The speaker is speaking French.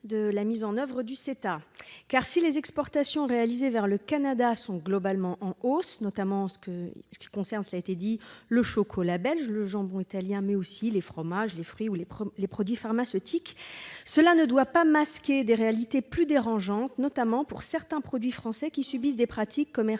de la mise en oeuvre du CETA. Si les exportations vers le Canada sont globalement en hausse, notamment le chocolat belge, le jambon italien, mais aussi les fromages, les fruits ou les produits pharmaceutiques, ce fait ne doit pas masquer des réalités plus dérangeantes, notamment pour certains produits français qui subissent des pratiques commerciales